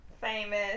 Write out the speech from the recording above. famous